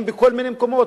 אם בכל מיני מקומות,